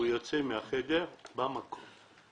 יוצא מהחדר במקום,